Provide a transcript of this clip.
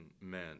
men